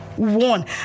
One